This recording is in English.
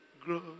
grow